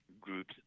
groups